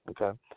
Okay